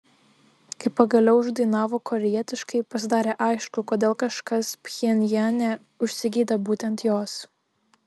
kai pagaliau uždainavo korėjietiškai pasidarė aišku kodėl kažkas pchenjane užsigeidė būtent jos